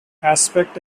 aspect